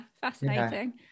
fascinating